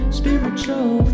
spiritual